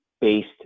based